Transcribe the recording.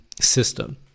system